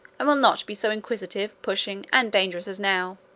and will not be so inquisitive, pushing, and dangerous as now.